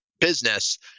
business